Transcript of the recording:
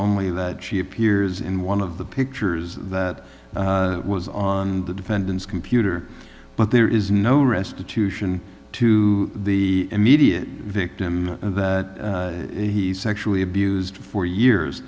only that she appears in one of the pictures that was on the defendant's computer but there is no restitution to the immediate victim that he sexually abused for years